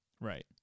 Right